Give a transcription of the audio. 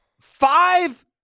five